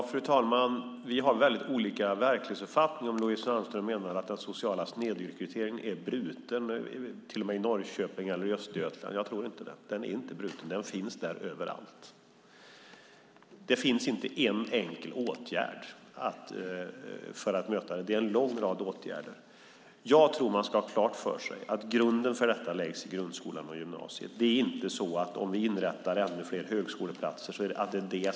Fru talman! Vi har väldigt olika verklighetsuppfattningar om Louise Malmström menar att den sociala snedrekryteringen är bruten till och med i Norrköping och i Östergötland. Jag tror inte det. Den är inte bruten. Den finns överallt. Det finns inte en enkel åtgärd för att möta problemet. Det krävs en lång rad åtgärder. Jag tror att man ska ha klart för sig att grunden för detta läggs i grundskolan och gymnasiet. Det är inte så att inrättandet av ännu fler högskoleplatser löser det.